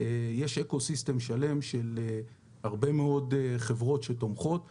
יש אקו-סיסטם שלם של הרבה מאוד חברות שתומכות בכך.